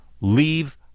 Leave